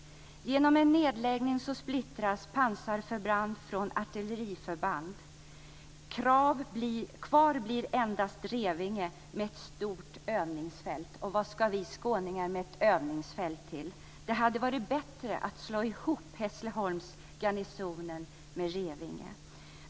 Genom en nedläggning splittras pansarförband från artilleriförband. Kvar blir endast Revinge med ett stort övningsfält. Vad ska vi skåningar med ett övningsfält till? Det hade varit bättre att slå ihop Hässleholmsgarnisonen med Revinge.